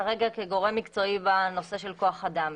כרגע כגורם מקצועי בנושא של כוח אדם.